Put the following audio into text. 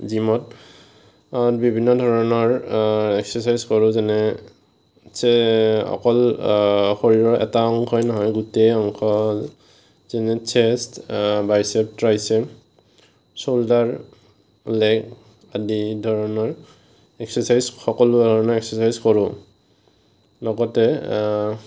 জিমত বিভিন্ন ধৰণৰ এক্সাৰচাইজ কৰোঁ যেনে চে অকল শৰীৰৰ এটা অংশই নহয় গোটেই অংশ যেনে chest bicep tricep shoulder leg আদি ধৰণৰ এক্সাৰচাইজ সকলো ধৰণৰ এক্সাৰচাইজ কৰোঁ লগতে